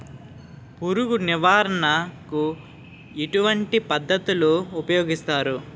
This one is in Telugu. పురుగు నివారణ కు ఎటువంటి పద్ధతులు ఊపయోగిస్తారు?